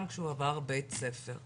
גם כשהוא עבר בית ספר,